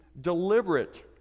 deliberate